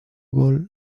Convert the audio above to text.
gol